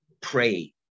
Pray